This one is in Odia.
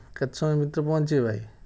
କେତେ ସମୟ ଭିତରେ ପହଞ୍ଚିବେ ଭାଇ